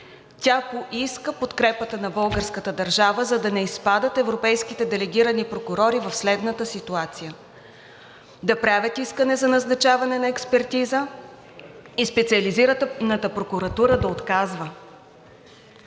Тя поиска подкрепата на българската държава, за да не изпадат европейските делегирани прокурори в следната ситуация: да правят искане за назначаване на експертиза и Специализираната прокуратура да отказва.